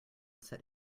set